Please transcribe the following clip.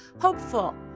hopeful